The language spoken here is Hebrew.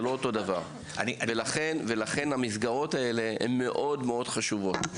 זה לא אותו דבר ולכן המסגרות האלה הן מאוד מאוד חשובות.